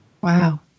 wow